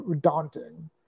daunting